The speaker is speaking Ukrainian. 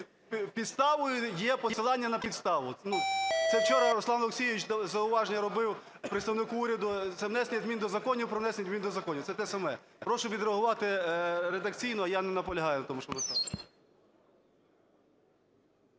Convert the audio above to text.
Підставою є посилання на підставу! Ну, це вчора Руслан Олексійович зауваження робив представнику уряду, це "внесення змін до законів про внесення змін до законів" – це те саме. Прошу відреагувати редакційно. Я не наполягаю на тому, щоби